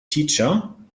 teacher